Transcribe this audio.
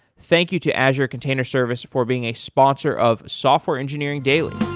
thank you to azure container service for being a sponsor of software engineering daily.